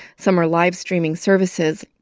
some are live-streaming services.